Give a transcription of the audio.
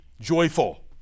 joyful